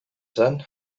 zen